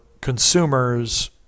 consumers